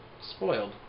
spoiled